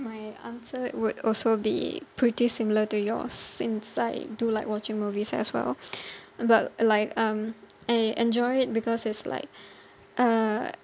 my answer would also be pretty similar to yours inside do like watching movies as well but like um I enjoy it because it's like uh